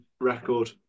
record